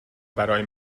برای